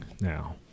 now